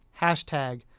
Hashtag